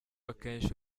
akenshi